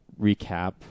recap